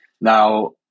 Now